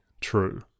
true